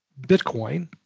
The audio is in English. Bitcoin